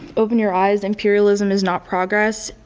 open your eyes, imperialism is not progress.